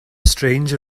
stranger